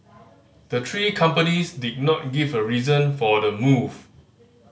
the three companies did not give a reason for the move